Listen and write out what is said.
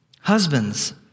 Husbands